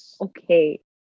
okay